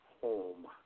home